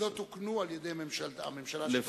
שלא תוקנו על-ידי הממשלה שבה אתה מכהן.